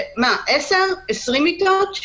עשר, עשרים מיטות.